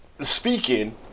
Speaking